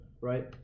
right